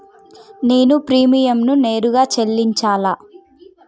నేను ప్రీమియంని నేరుగా చెల్లించాలా?